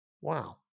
Wow